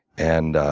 and